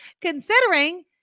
considering